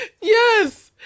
Yes